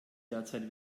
derzeit